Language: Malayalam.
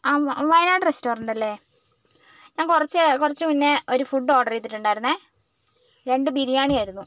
അംവ വയനാട് റെസ്റ്റോറൻറ്റലെ ഞാൻ കുറച്ച് കുറച്ച് മുന്നേ ഒരു ഫുഡ് ഓർഡറ് ചെയ്തിട്ടുണ്ടായിരിന്നു രണ്ട് ബിരിയാണിയായിരുന്നു